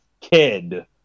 kid